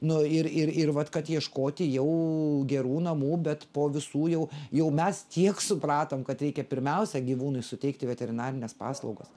nu ir ir ir vat kad ieškoti jau gerų namų bet po visų jau jau mes tiek supratom kad reikia pirmiausia gyvūnui suteikti veterinarines paslaugas